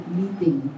meeting